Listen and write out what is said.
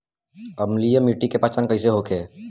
अम्लीय मिट्टी के पहचान कइसे होखे?